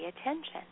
attention